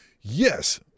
Yes